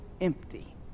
empty